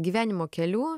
gyvenimo keliu